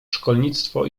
szkolnictwo